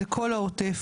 זה כל העוטף,